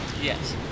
Yes